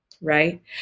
right